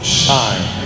shine